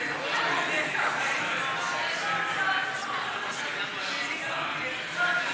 סיעת המחנה הציוני לסעיף 2 לא נתקבלה.